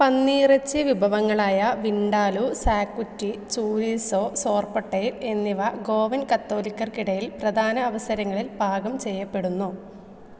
പന്നിയിറച്ചി വിഭവങ്ങളായ വിൻഡാലൂ സാകുറ്റി ചൂരിസോ സോർപോട്ടേൽ എന്നിവ ഗോവൻ കത്തോലിക്കർക്കിടയിൽ പ്രധാന അവസരങ്ങളിൽ പാകം ചെയ്യപ്പെടുന്നു